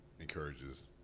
encourages